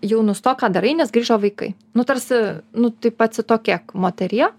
jau nustok ką darai nes grįžo vaikai nu tarsi nu taip atsitokėk moterie